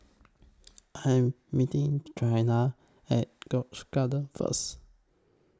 I'm meeting Trina At Grange Garden First